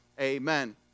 Amen